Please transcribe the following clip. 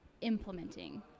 implementing